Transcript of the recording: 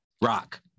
Rock